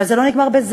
אבל זה לא נגמר בזה,